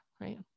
right